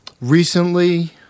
Recently